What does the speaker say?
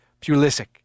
Pulisic